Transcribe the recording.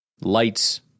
lights